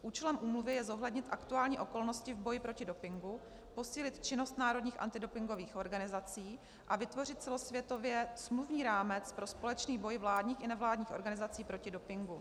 Účelem úmluvy je zohlednit aktuální okolnosti v boji proti dopingu, posílit činnost národních antidopingových organizací a vytvořit celosvětově smluvní rámec pro společný boj vládních i nevládních organizací proti dopingu.